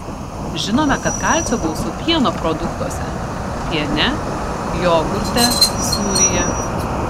žinome kad kalcio gausu pieno produktuose piene jogurte sūryje